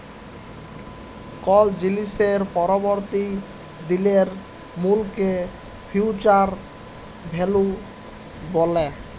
call জিলিসের পরবর্তী দিলের মূল্যকে ফিউচার ভ্যালু ব্যলে